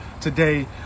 today